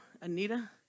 Anita